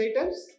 items